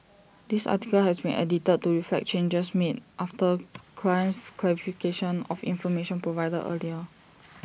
this article has been edited to reflect changes made after client's clarification of information provided earlier